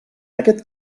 aquest